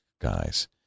guys